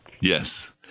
Yes